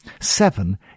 Seven